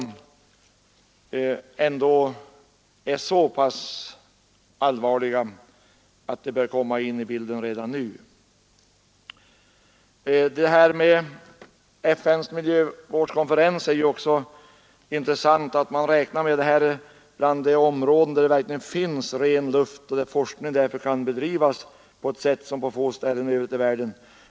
De är ändå så pass allvarliga att de bör komma in i bilden redan nu. Det är intressant att FN:s miljövårdskonferens räknar med detta område bland de områden där det verkligen finns ren luft och där forskning kan bedrivas som på få ställen i världen.